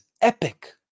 epic